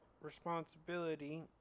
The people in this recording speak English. responsibility